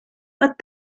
but